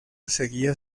seguía